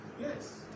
Yes